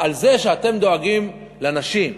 על זה שאתם דואגים לנשים.